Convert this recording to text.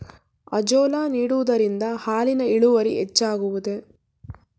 Azolla ನೀಡುವುದರಿಂದ ಹಾಲಿನ ಇಳುವರಿ ಹೆಚ್ಚುವುದೇ?